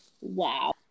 Wow